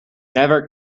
never